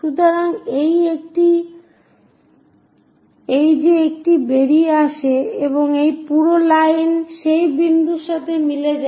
সুতরাং এই যে একটি বেরিয়ে আসে এবং এই পুরো লাইন সেই বিন্দু সঙ্গে মিলে যায়